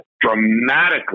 dramatically